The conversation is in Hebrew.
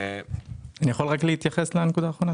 יכול רק להתייחס לנקודה האחרונה?